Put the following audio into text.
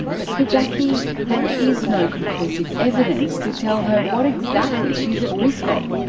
but for jacki there is no conclusive evidence to tell her what exactly she's at risk of.